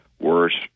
worse